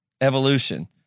evolution